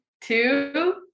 two